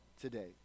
today